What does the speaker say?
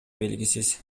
белгисиз